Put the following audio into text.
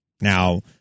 Now